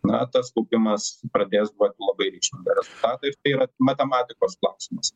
na tas kaupimas pradės duot labai reikšmingą rezultatą ir tai yra matematikos klausimas